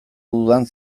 dudan